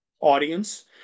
audience